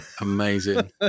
Amazing